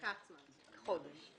לקח חודש.